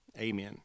Amen